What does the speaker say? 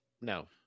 no